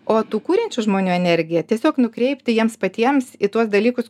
o tų kuriančių žmonių energiją tiesiog nukreipti jiems patiems į tuos dalykus